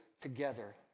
together